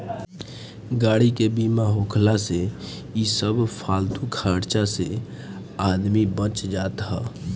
गाड़ी के बीमा होखला से इ सब फालतू खर्चा से आदमी बच जात हअ